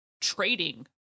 trading